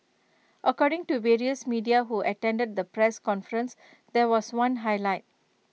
according to various media who attended the press conference there was one highlight